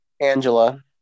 Angela